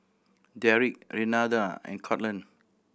Deric Renada and Courtland